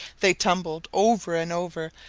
they tumbled over and over,